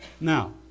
Now